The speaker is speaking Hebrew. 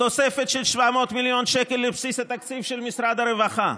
תוספת של 700 מיליון שקל לבסיס התקציב של משרד הרווחה,